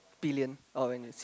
billion or when you see